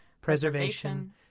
preservation